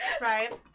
Right